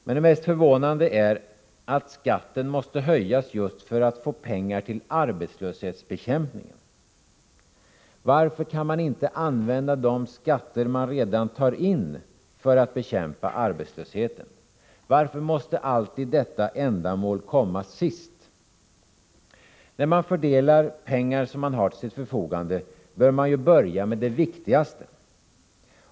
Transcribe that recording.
Men det mest förvånande är att skatten måste höjas för att man skall få pengar till just arbetslöshetsbekämpningen. Varför kan man inte använda de skatter som redan tas in för att bekämpa arbetslösheten? Varför måste alltid detta ändamål komma sist? När man fördelar pengar som man har till sitt förfogande bör man börja med det viktigaste.